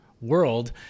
world